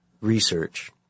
research